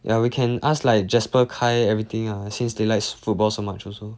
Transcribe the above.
yeah we can ask like jasper kyle everything ah since they like football so much also